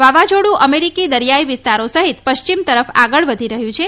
વાવાઝોડું અમેરિકી દરિયાઇ વિસ્તારો સહિત પશ્ચિમ તરફ આગળ વધી રહ્યું છે